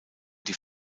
die